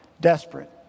desperate